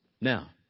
Now